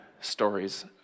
stories